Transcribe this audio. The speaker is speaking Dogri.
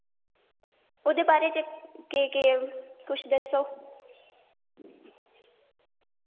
उ'दे बारे च केह् केह् कुछ दस्सो